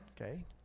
okay